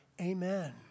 Amen